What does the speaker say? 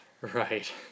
Right